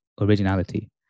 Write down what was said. originality